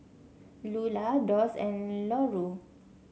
Lula Doss and Larue